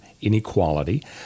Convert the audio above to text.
inequality